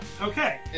Okay